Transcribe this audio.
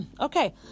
Okay